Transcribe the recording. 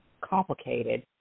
complicated